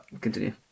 Continue